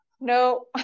No